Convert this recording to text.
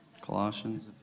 Colossians